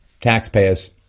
taxpayers